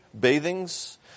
bathings